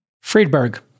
Friedberg